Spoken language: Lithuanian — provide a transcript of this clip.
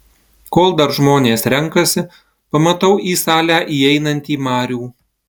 kol dar žmonės renkasi pamatau į salę įeinantį marių